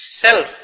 self